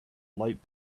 light